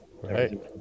Right